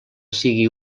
sigui